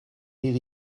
iddi